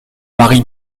mari